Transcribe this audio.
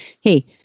hey